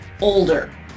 older